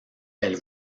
elle